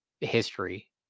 history